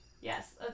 Yes